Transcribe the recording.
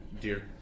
dear